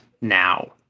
now